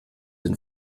den